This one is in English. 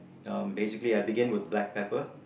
um basically I begin with black pepper